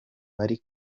bari